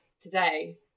today